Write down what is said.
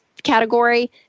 category